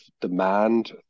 demand